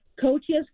coaches